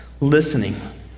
listening